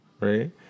right